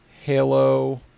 Halo